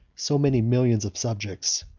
so many millions of subjects,